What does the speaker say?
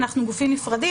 אנחנו נשמח להתייחס גם לזה.